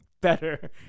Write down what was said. better